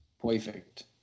Perfect